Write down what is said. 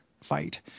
fight